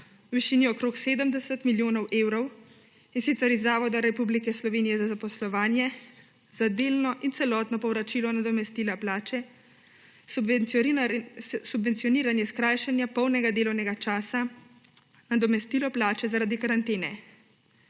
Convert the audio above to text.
v višini okrog 70 milijonov evrov, in sicer z Zavoda Republike Slovenije za zaposlovanje za delno in celotno povračilo nadomestila plače, subvencioniranje skrajšanja polnega delovnega časa, nadomestilo plače zaradi karantene.